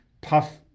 puff